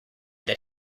that